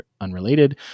unrelated